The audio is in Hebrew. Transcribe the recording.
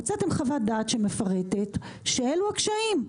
הוצאתם חוות דעת שמפרטת שאלו הקשיים.